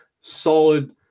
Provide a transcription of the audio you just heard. solid